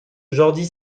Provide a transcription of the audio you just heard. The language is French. jordi